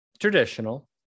traditional